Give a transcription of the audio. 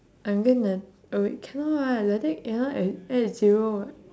I'm gonna oh wait cannot [what] like that cannot add add a zero [what]